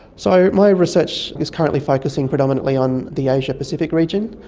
so my research is currently focusing predominantly on the asia pacific region.